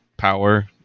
Power